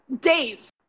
days